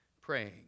praying